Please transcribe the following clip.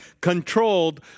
controlled